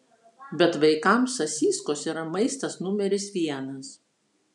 bet vaikams sasyskos yra maistas numeris vienas